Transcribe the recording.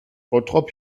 bottrop